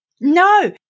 No